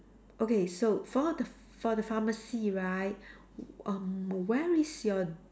okay so for the for the pharmacy right um where is your